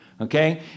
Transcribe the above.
Okay